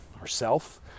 ourself